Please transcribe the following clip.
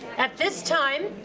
at this time,